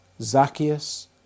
Zacchaeus